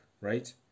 right